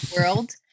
world